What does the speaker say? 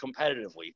competitively